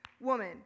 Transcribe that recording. Woman